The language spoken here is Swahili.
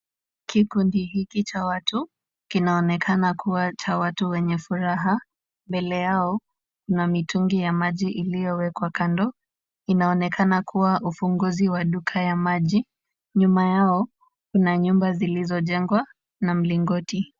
Kikundi hiki cha watu kinaonekana kuwa cha watu wenye furaha. Mbele yao kuna mitungi ya maji iliyowekwa kando, inaonekana kuwa ufunguzi wa duka ya maji. Nyuma yao kuna nyumba zilizojengwa na mlingoti.